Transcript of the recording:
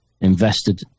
invested